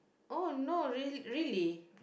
oh no really really